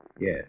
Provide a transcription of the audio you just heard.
Yes